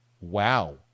Wow